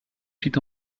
fit